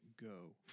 go